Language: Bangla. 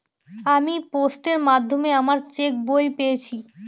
আমি পোস্টের মাধ্যমে আমার চেক বই পেয়েছি